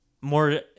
more